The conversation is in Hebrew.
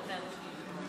כן.